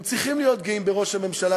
הם צריכים להיות גאים בראש הממשלה,